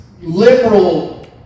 liberal